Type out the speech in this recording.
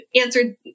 answered